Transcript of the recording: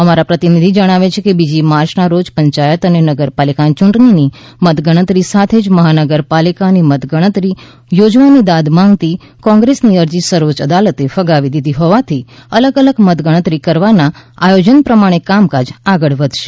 અમારા પ્રતિનિધિ જણાવે છે કે બીજી માર્ચના રોજ પંચાયત અને નગરપાલિકા યૂંટણીની મત ગણતરી સાથે જ મહાનગરપાલિકાની મત ગણતરી યોજવાની દાદ માંગતી કોંગ્રેસની અરજી સર્વોચ્ય અદાલતે ફગાવી દીધી હોવાથી અલગ અલગ મતગણતરી કરવાના આયોજન પ્રમાણે કામકાજ આગળ વધશે